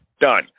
done